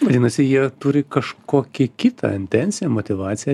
vadinasi jie turi kažkokią kitą intenciją motyvaciją